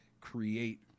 create